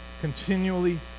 continually